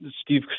Steve